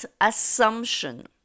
assumption